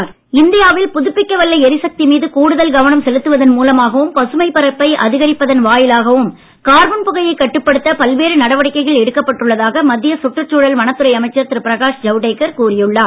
ஜவடேகர் இந்தியாவில் புதுப்பிக்க வல்ல எரிசக்தி மீது கூடுதல் கவனம் செலுத்துவதன் வாயிலாகவும் கார்பன் புகையைக் கட்டுப்படுத்த பல்வேறு நடவடிக்கைகள் எடுக்கப்பட்டுள்ளதாக மத்திய சுற்றுச்சூழல் வனத்துறை அமைச்சர் திரு பிரகாஷ் ஜவடேகர் கூறி உள்ளார்